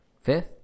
fifth